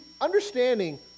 understanding